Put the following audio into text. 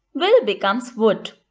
will becomes would.